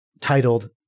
titled